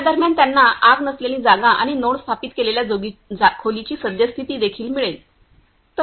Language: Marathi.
या दरम्यान त्यांना आग नसलेली जागा आणि नोड स्थापित केलेल्या खोलीची सद्यस्थिती देखील मिळेल